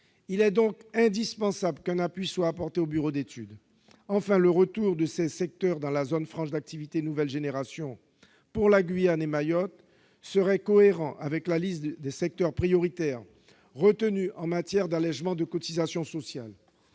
Il est donc indispensable qu'un appui soit apporté aux bureaux d'études. Enfin, le retour de ces secteurs dans le dispositif des zones franches d'activité nouvelle génération pour la Guyane et Mayotte serait cohérent avec la liste des secteurs prioritaires constituée en matière d'allégements de cotisations sociales.